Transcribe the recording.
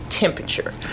temperature